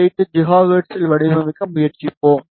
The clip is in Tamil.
8 ஜிகாஹெர்ட்ஸில் வடிவமைக்க முயற்சிப்போம்